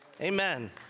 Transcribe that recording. Amen